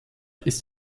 ist